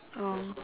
oh